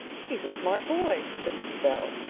he's a smart boy, said mrs. bell.